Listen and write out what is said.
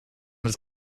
het